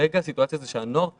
וכרגע הסיטואציה היא שהנוער מרוסק.